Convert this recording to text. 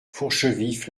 fourchevif